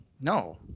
No